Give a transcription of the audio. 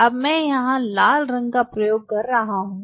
अब मैं यहाँ लाल रंग का प्रयोग कर रहा हूं